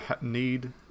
need